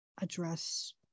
address